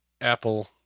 Apple